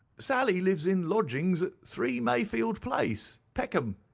sally lives in lodgings at three, mayfield place, peckham.